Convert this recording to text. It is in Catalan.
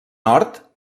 nord